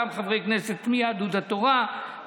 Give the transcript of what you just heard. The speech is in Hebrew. חברי כנסת גם מיהדות התורה,